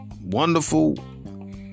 wonderful